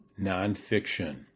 nonfiction